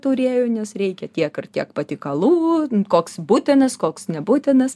turėjo nes reikia tiek ir tiek patiekalų koks būtinas koks nebūtinas